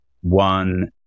One